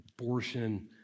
abortion